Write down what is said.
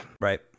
right